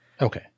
Okay